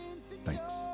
Thanks